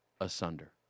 asunder